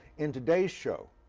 in today's show,